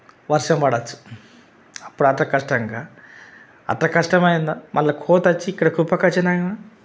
వర్షం పడొచ్చు అప్పుడు అతి కష్టంగా అంత కష్టమైన మళ్ళా కోతోచ్చి ఇక్కడ కుప్పకొచ్చినాంక